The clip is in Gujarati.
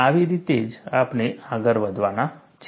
આવી રીતે જ આપણે આગળ વધવાના છીએ